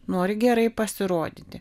nori gerai pasirodyti